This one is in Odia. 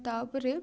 ତା ପରେ